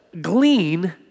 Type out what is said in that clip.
glean